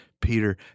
Peter